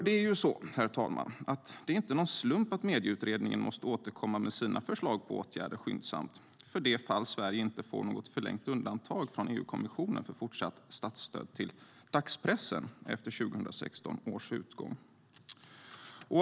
Det är ju inte, herr talman, någon slump att Medieutredningen måste återkomma med sina förslag på åtgärder skyndsamt för det fall att Sverige inte får något förlängt undantag från EU-kommissionen för fortsatt statsstöd till dagspressen efter 2016 års utgång.